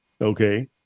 Okay